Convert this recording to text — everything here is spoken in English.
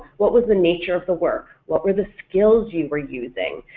what was the nature of the work? what were the skills you were using?